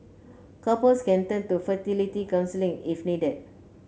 couples can turn to fertility counselling if needed